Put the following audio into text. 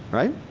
right?